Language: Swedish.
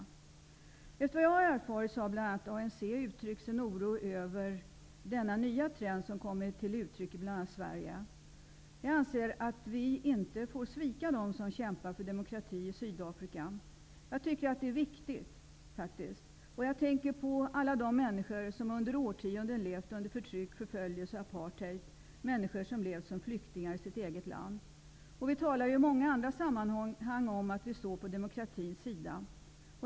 Enligt vad jag har erfarit har bl.a. ANC uttryckt sin oro över den nya trend som kommit till uttryck, bl.a. i Sverige. Jag anser att vi inte får svika dem som kämpar för demokrati i Sydafrika. Jag tycker att det är viktigt, och jag tänker på alla de människor som under årtionden levt under förtryck, förföljelse och apartheid, människor som levt som flyktingar i sitt eget land. Vi talar i många andra sammanhang om att vi står på demokratins sida.